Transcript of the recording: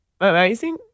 amazing